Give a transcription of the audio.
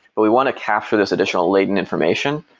but we want to capture this additional latent information.